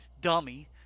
dummy